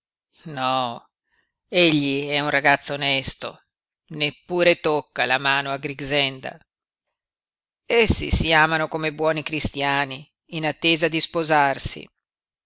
no egli è un ragazzo onesto neppure tocca la mano a grixenda essi si amano come buoni cristiani in attesa di sposarsi